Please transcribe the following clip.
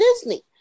Disney